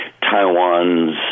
Taiwan's